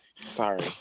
Sorry